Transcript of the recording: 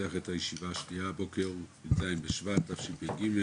פותח את הישיבה השנייה הבוקר, י"ז בשבט, תשפ"ג.